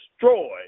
destroyed